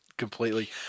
completely